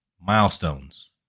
milestones